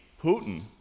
Putin